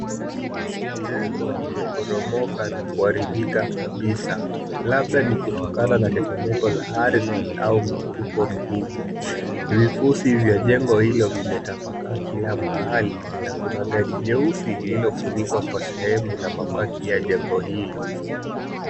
Jengo limeporomoka na kuharibika kabisa. Labda ni kutokana na tetemeko la ardhi au mlipuko mkubwa. Vifusi vya jengo hilo vimetapaka kila mahali, na kuna gari jeusi lililofunikwa kwa sehemu na mabaki ya jengo hilo.